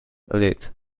lit